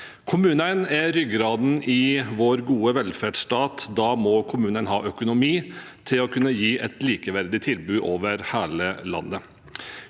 Kommunene er ryggraden i vår gode velferdsstat, og da må kommunene ha økonomi til å kunne gi et likeverdig tilbud over hele landet.